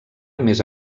més